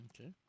Okay